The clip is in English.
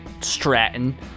Stratton